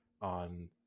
on